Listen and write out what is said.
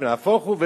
ונהפוך הוא.